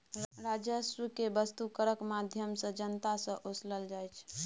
राजस्व केँ बस्तु करक माध्यमसँ जनता सँ ओसलल जाइ छै